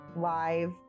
live